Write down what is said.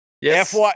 Yes